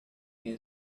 been